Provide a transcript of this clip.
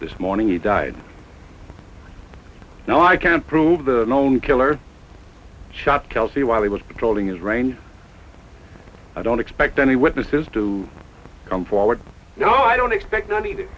this morning he died no i can't prove the lone killer shot kelsey while he was patrolling is rain i don't expect any witnesses to come forward now i don't expect anot